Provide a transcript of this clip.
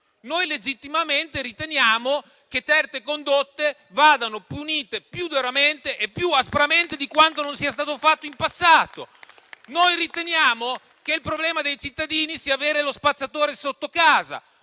Noi legittimamente riteniamo che certe condotte debbano essere punite più duramente e più aspramente di quanto non sia stato fatto in passato. Noi riteniamo che il problema dei cittadini sia avere lo spacciatore sotto casa;